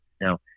Now